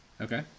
Okay